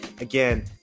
Again